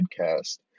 podcast